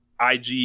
IG